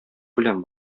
белән